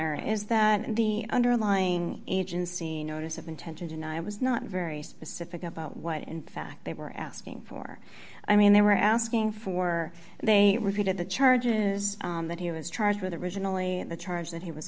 honor is that the underlying agency notice of intention and i was not very specific about what in fact they were asking for i mean they were asking for and they repeated the charges that he was charged with the originally the charge that he was